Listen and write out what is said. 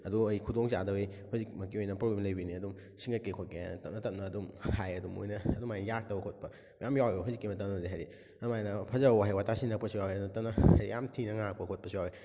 ꯑꯗꯣ ꯑꯩ ꯈꯨꯗꯣꯡ ꯆꯥꯗꯕꯒꯤ ꯍꯧꯖꯤꯛ ꯃꯛꯀꯤ ꯑꯣꯏꯅ ꯄ꯭ꯔꯣꯕ꯭ꯂꯦꯝ ꯂꯩꯕꯩꯅꯤ ꯑꯗꯨꯝ ꯁꯤꯡꯉꯛꯀꯦ ꯈꯣꯠꯀꯦ ꯍꯥꯏꯅ ꯇꯞꯅ ꯇꯞꯅ ꯑꯗꯨꯝ ꯍꯥꯏ ꯑꯗꯣ ꯃꯣꯏꯅ ꯑꯗꯨꯃꯥꯏꯅ ꯌꯥꯔꯛꯇꯕ ꯈꯣꯠꯄ ꯃꯌꯥꯝ ꯌꯥꯎꯋꯦꯕ ꯍꯧꯖꯤꯛ ꯃꯇꯝꯗꯗꯤ ꯍꯥꯏꯗꯤ ꯑꯗꯨꯃꯥꯏꯅ ꯐꯖꯕ ꯋꯥꯍꯩ ꯋꯥꯇꯥ ꯁꯤꯖꯤꯟꯅꯔꯛꯄꯁꯨ ꯋꯥꯎꯋꯦ ꯑꯗꯨ ꯅꯠꯇꯅ ꯍꯥꯏꯗꯤ ꯌꯥꯝ ꯊꯤꯅ ꯉꯥꯡꯂꯛꯄ ꯈꯣꯠꯄꯁꯨ ꯌꯥꯎꯌꯦ